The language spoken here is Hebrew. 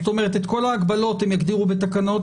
זאת אומרת את כל ההגבלות הם יגדירו בתקנות,